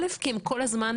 כל הדברים